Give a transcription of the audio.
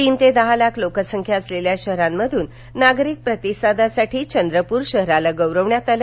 तीन ते दहा लाख लोकसंख्या असलेल्या शहरांमधून नागरिक प्रतिसादासाठी चंद्रपूर शहराला गौरविण्यात आलं